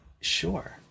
sure